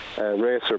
racer